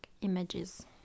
images